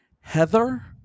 Heather